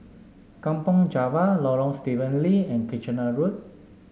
Kampong Java Lorong Stephen Lee and Kitchener Road